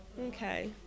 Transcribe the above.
Okay